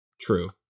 True